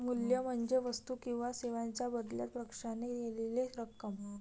मूल्य म्हणजे वस्तू किंवा सेवांच्या बदल्यात पक्षाने दिलेली रक्कम